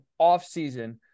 offseason